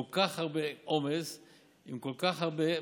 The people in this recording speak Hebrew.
כל כך הרבה עומס עם כל כך הרבה,